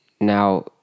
Now